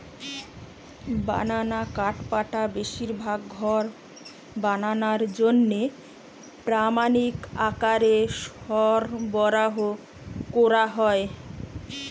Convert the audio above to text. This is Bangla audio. বানানা কাঠপাটা বেশিরভাগ ঘর বানানার জন্যে প্রামাণিক আকারে সরবরাহ কোরা হয়